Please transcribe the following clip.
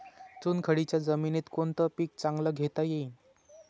चुनखडीच्या जमीनीत कोनतं पीक चांगलं घेता येईन?